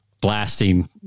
blasting